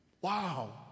Wow